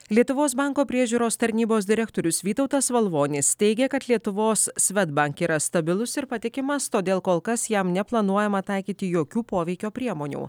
lietuvos banko priežiūros tarnybos direktorius vytautas valvonis teigia kad lietuvos svedbank yra stabilus ir patikimas todėl kol kas jam neplanuojama taikyti jokių poveikio priemonių